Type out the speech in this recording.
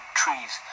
trees